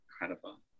Incredible